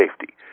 safety